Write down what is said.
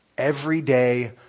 everyday